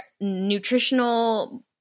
nutritional